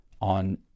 on